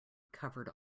covered